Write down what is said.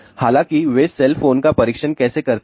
हालांकि वे cell phone का परीक्षण कैसे करते हैं